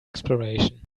exploration